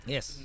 Yes